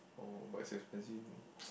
oh but it's expensive